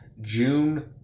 June